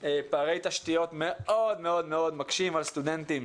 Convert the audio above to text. פערי תשתיות מאוד מאוד מאוד מקשים על סטודנטים